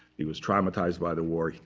he was traumatized by the war.